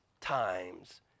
times